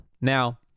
Now